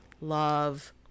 love